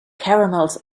caramels